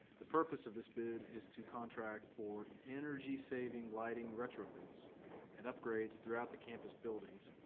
the purpose of this bid is to contract for energy-saving lighting retrofits and upgrades throughout the campus buildings.